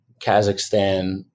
Kazakhstan